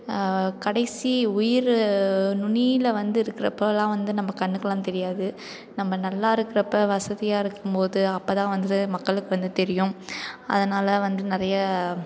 கடைசி உயிர் நுனியில் வந்து இருக்கிறப்போலாம் வந்து நம்ப கண்ணுக்கெலாம் தெரியாது நம்ம நல்லா இருக்கிறப்ப வசதியாக இருக்கும்போது அப்போ தான் வந்துட்டு மக்களுக்கு வந்து தெரியும் அதனால் வந்து நிறைய